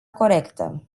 corectă